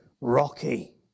Rocky